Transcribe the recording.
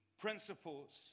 principles